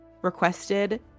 requested